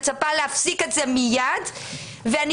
אני מצפה להפסיק את זה מיד.